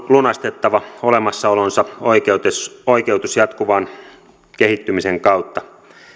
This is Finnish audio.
lunastettava olemassaolonsa oikeutus oikeutus jatkuvan kehittymisen kautta